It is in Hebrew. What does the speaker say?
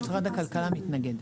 משרד הכלכלה מתנגד.